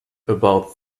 about